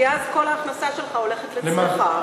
כי אז כל ההכנסה שלך הולכת לצריכה,